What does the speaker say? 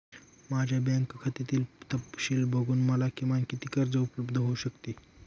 माझ्या बँक खात्यातील तपशील बघून मला किमान किती कर्ज उपलब्ध होऊ शकते?